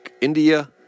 India